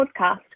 podcast